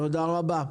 תודה רבה.